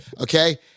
okay